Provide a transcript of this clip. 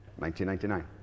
1999